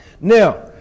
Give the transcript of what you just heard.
Now